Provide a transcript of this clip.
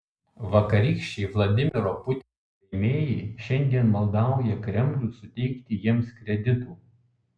vakarykščiai vladimiro putino rėmėjai šiandien maldauja kremlių suteikti jiems kreditų